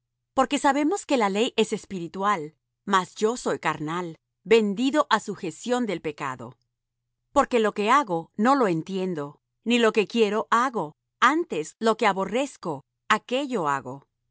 porque sabemos que la ley es espiritual mas yo soy carnal vendido á sujeción del pecado porque lo que hago no lo entiendo ni lo que quiero hago antes lo que aborrezco aquello hago